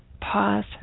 pause